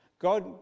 God